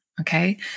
Okay